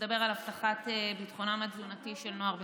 שמדבר על הבטחת ביטחונם התזונתי של נוער בסיכון.